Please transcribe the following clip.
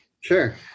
Sure